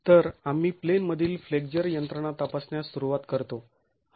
तर आम्ही प्लेन मधील फ्लेक्झर यंत्रणा तपासण्यास सुरुवात करतो